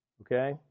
okay